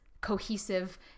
cohesive